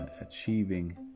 achieving